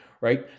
right